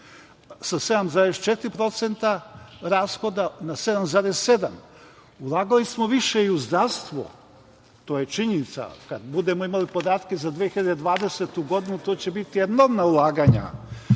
sa 7,4% rashoda na 7,7%. Ulagali smo više i u zdravstvo, to je činjenica i kada budemo imali podatke za 2020. godinu to će biti enormna ulaganja. Ulaganje